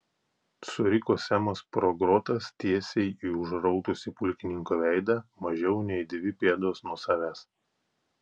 suriko semas pro grotas tiesiai į užraudusį pulkininko veidą mažiau nei dvi pėdos nuo savęs